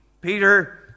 Peter